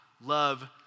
love